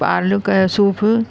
पालक जो सूप